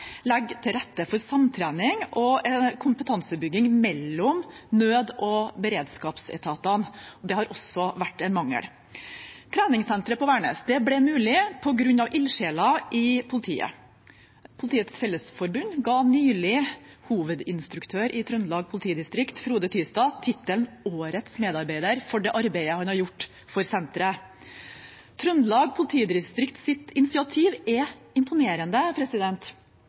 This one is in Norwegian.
legger til rette for samtrening og kompetansebygging mellom nød- og beredskapsetatene. Det har også vært en mangel. Treningssenteret på Værnes ble mulig på grunn av ildsjeler i politiet. Politiets Fellesforbund ga nylig hovedinstruktør i Trøndelag politidistrikt, Frode Tystad, tittelen årets medarbeider for det arbeidet han har gjort for senteret. Trøndelag politidistrikts initiativ er imponerende.